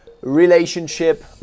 relationship